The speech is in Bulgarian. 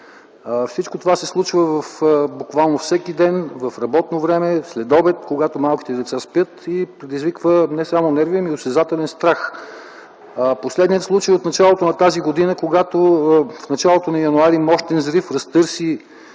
Всичко това се случва буквално всеки ден, в работно време, след обяд, когато малките деца спят, и предизвиква не само нерви, но и осезателен страх. Последният случай е от началото на тази година, когато в началото на м. януари мощен взрив от